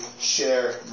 share